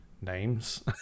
names